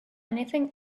anything